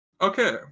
Okay